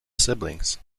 siblings